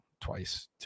twice